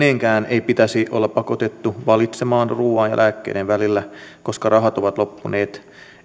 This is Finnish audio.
ei pitäisi olla pakotettu valitsemaan ruuan ja lääkkeiden välillä koska rahat ovat loppuneet